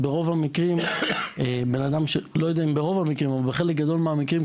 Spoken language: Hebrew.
בחלק גדול מהמקרים,